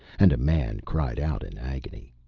and a man cried out in agony.